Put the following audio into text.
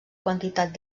quantitat